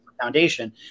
Foundation